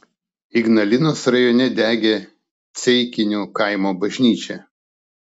ignalinos rajone degė ceikinių kaimo bažnyčia